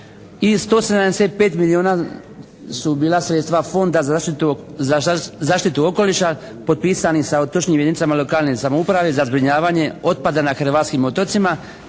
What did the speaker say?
i 175 milijuna su bila sredstva Fonda za zaštitu okoliša potpisani sa otočnim jedinicama lokalne samouprave za zbrinjavanje otpada na hrvatskim otocima,